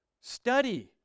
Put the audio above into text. Study